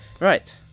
Right